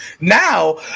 Now